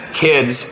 kids